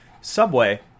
Subway